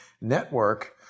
network